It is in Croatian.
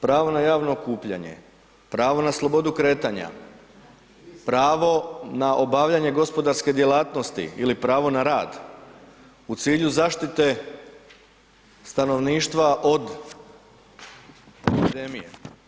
Pravo na javno okupljanje, pravo na slobodu kretanja, pravo na obavljanje gospodarske djelatnosti ili pravo na rad u cilju zaštite stanovništva od epidemije.